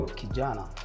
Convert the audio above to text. kijana